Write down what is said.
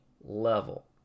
level